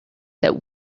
that